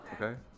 okay